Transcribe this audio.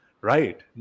right